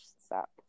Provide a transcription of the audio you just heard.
Stop